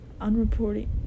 unreported